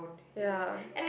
ya